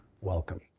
welcome